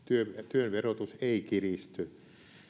työn verotus ei kiristy